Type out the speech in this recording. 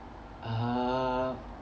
uh